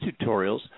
tutorials